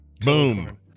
Boom